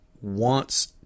wants